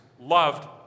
loved